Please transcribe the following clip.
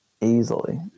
Easily